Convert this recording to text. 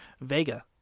Vega